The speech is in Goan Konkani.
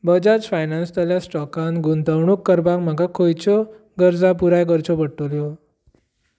बजाज फायनान्सतल्या स्टॉकान गुंतवणूक करपाक म्हाका खंयच्यो गरजो पुराय करच्यो पडटल्यो